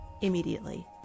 immediately